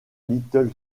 little